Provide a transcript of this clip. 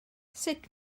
sut